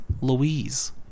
Louise